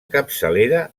capçalera